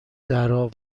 درا